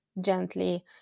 gently